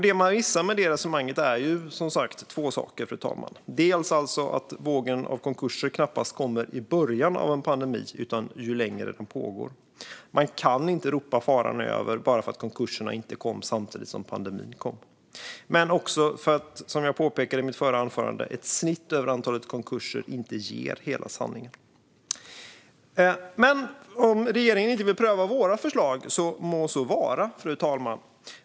Det man missade med det resonemanget var, som sagt, två saker, fru talman. Den ena är att vågen av konkurser knappast kommer i början av en pandemi utan ju längre den pågår. Man kan inte ropa faran över bara för att konkurserna inte kom samtidigt som pandemin kom. Den andra är att, som jag påpekade i mitt förra anförande, ett snitt över antalet konkurser inte ger hela sanningen. Om regeringen inte vill pröva våra förslag, så må det vara så.